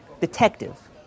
Detective